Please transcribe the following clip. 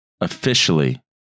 Officially